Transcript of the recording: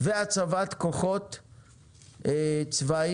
והצבת כוחות צבאיים,